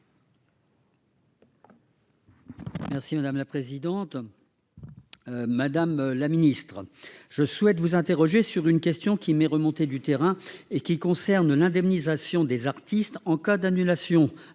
territoriales. Madame la ministre, je souhaite vous interroger sur une question qui m'est remontée du terrain et qui concerne l'indemnisation des artistes en cas d'annulation